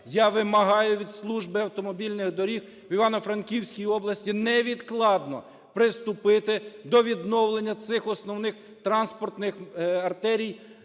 я вимагаю від Служби автомобільних доріг в Івано-Франківській області невідкладно приступити до відновлення цих основних транспортних артерій